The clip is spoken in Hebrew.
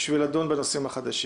בשביל לדון בנושאים החדשים.